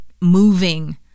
moving